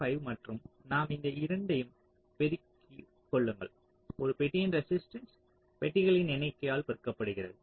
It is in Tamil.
05 மற்றும் நாம் இந்த இரண்டையும் பெருக்கிக் கொள்ளுங்கள் ஒரு பெட்டியின் ரெசிஸ்ட்டன்ஸ் பெட்டிகளின் எண்ணிக்கையால் பெருக்கப்படுகிறது